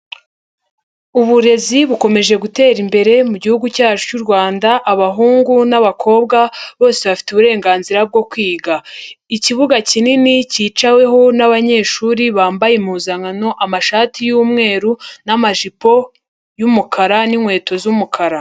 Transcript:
Uburezi bukomeje gutera imbere mu gihugu cyacu cy'u Rwanda, abahungu'abakobwa bose bafite uburenganzira bwo kwiga. Ikibuga kinini cyicaweho n'abanyeshuri bambaye impuzankano, amashati y'umweru n'amajipo y'umukara n'inkweto z'umukara.